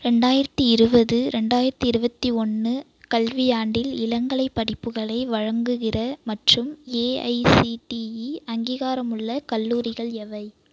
ரெண்டாயிரத்தி இருபது ரெண்டாயிரத்தி இருபத்தி ஒன்று கல்வியாண்டில் இளங்கலை படிப்புகளை வழங்குகிற மற்றும் ஏஐசிடிஇ அங்கீகாரமுள்ள கல்லூரிகள் எவை